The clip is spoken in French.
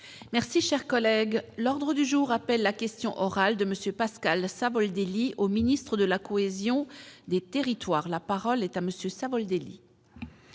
Merci, cher collègue, l'ordre du jour appelle la question orale de Monsieur Pascal Savoldelli, au ministre de la cohésion des territoires, la parole est à monsieur Savoldelli.